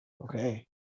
Okay